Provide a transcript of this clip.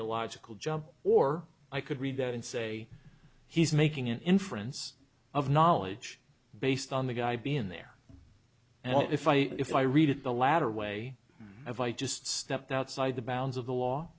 illogical jump or i could read that and say he's making an inference of knowledge based on the guy being there and if i if i read it the latter way if i just stepped outside the bounds of the law